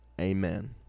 amen